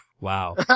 wow